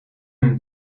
een